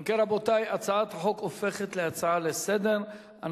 אם כן, רבותי, הצעת חוק הופכת להצעה לסדר-היום.